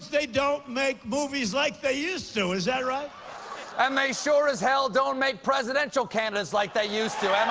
they don't make movies like they used to. is that right? stephen and they sure as hell don't make presidential candidates like they used to,